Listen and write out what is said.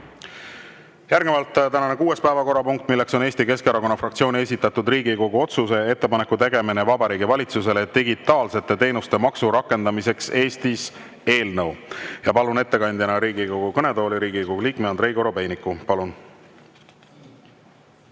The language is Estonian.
Järgnevalt tänane kuues päevakorrapunkt, milleks on Eesti Keskerakonna fraktsiooni esitatud Riigikogu otsuse "Ettepaneku tegemine Vabariigi Valitsusele digitaalsete teenuste maksu rakendamiseks Eestis" eelnõu. Palun ettekandjaks Riigikogu kõnetooli Riigikogu liikme Andrei Korobeiniku. Palun!